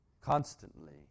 constantly